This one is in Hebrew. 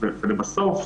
ובסוף,